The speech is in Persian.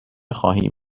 خواهیم